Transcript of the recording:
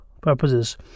purposes